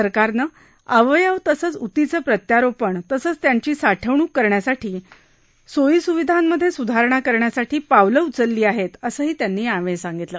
सरकारनं अवयव तसंच ऊतीचं प्रत्यारोपण तसंच त्यांची साठवणूक करण्यासाठी सोयीसुविधांमधे सुधारणा करण्यासाठी पावलं उचलली आहेत असंही त्यांनी यावेळी सांगितलं